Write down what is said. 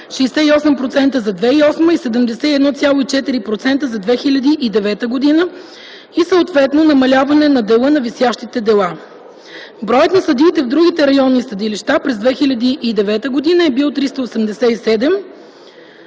68% за 2008 г., 71,4% за 2009 г.) и съответно намаляване на дела на висящите дела. Броят на съдиите в другите районни съдилища през 2009 г. е бил 387.